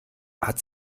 hat